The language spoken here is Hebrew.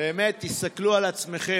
ג'אבר עסאקלה,